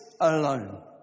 alone